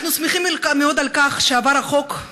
אנחנו שמחים מאוד על כך שעבר החוק,